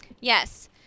Yes